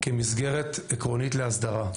כמסגרת עקרונית להסדרה.